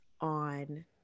on